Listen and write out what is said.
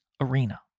arena